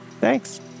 Thanks